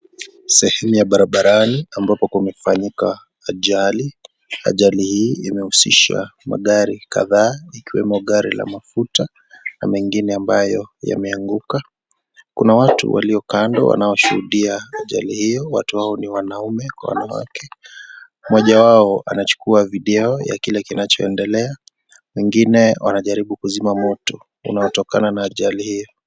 Sehemu ya barabarani ambapo kumefanyika ajali. Ajali hii imehusisha magari kadhaa ikiwemo gari la mafuta na mengine ambayo yameanguka. Kuna watu walio kando wanaoshuhudia ajali hiyo. Watu hao ni wanaume kwa wanawake. Mmoja wao anachukua video ya kile kinachoendelea. Wengine wanajaribu kuzima moto inayotokana na ajali hiyo.